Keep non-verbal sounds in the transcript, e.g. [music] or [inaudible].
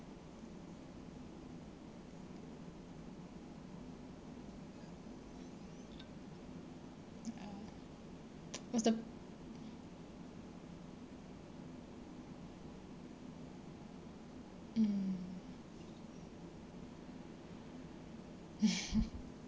ya was the mm [laughs]